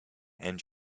and